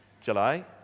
July